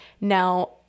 Now